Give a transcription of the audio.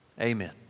amen